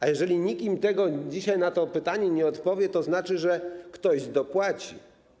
A jeżeli nikt im dzisiaj na to pytanie nie odpowie, to znaczy, że ktoś dopłaci.